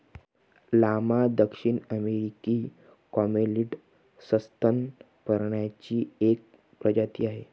llama दक्षिण अमेरिकी camelid सस्तन प्राण्यांची एक प्रजाती आहे